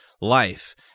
life